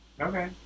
Okay